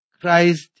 Christ